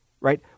right